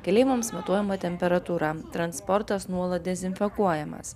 keleiviams matuojama temperatūra transportas nuolat dezinfekuojamas